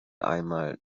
einmal